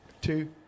two